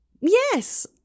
Yes